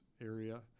area